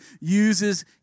uses